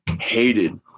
Hated